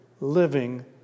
living